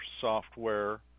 software